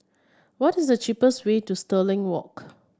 what is the cheapest way to Stirling Walk